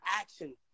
action